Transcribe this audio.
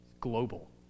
global